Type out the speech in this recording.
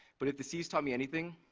but if the sea has taught me anything,